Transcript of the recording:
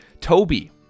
Toby